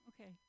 Okay